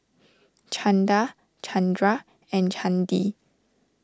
Chanda Chandra and Chandi